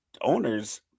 owners